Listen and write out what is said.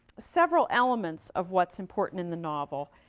several elements of what's important in the novel.